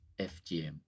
FGM